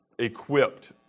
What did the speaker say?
Equipped